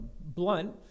blunt